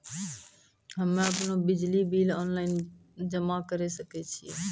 हम्मे आपनौ बिजली बिल ऑनलाइन जमा करै सकै छौ?